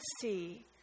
see